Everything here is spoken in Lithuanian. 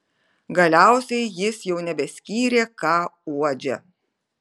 galiausiai jis jau nebeskyrė ką uodžia